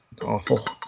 Awful